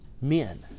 men